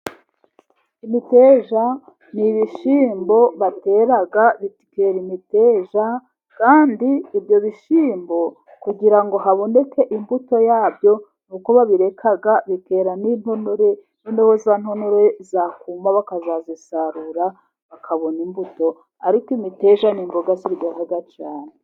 Imiteja ni ibishyimbo batera bikera imeteja, kandi ibyo bishyimbo kugira ngo haboneke imbuto yabyo, ni uko babireka bikera n'intonore noneho za ntore zakuma bakazazisarura bakabona imbuto, ariko imiteja ni imboga ziryoha cyane.